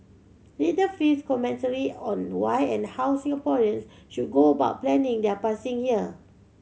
read the fifth commentary on why and how Singaporean should go about planning their passing here